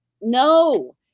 no